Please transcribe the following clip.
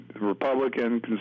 Republican